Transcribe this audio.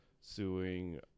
suing